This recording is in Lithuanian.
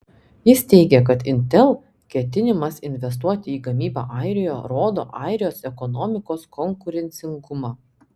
jis teigė kad intel ketinimas investuoti į gamybą airijoje rodo airijos ekonomikos konkurencingumą